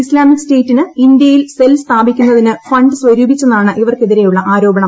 Islamic സ്റ്റേറ്റിന് ഇന്ത്യയിൽ cell സ്ഥാപിക്കുന്നതിന് ഫണ്ട് സ്വരൂപിച്ചെന്നാണ് ഇവർക്കെതിരെയുള്ള ആരോപണം